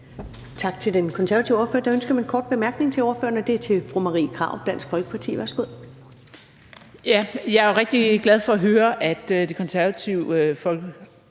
Tak til den konservative ordfører. Der er ønske om en kort bemærkning til ordføreren, og jeg giver ordet til fru Marie Krarup, Dansk Folkeparti. Værsgo.